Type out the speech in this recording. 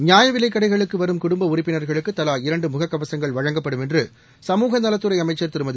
நியாய விலைக் கடைகளுக்கு வரும் குடும்ப உறுப்பினா்களுக்கு தலா இரண்டு முகக்கவசங்கள் வழங்கப்படும் என்று சமூக நலத்துறை அமைச்சள் திருமதி